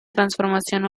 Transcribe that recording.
transformación